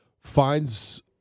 finds